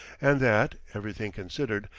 and that, everything considered,